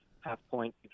half-point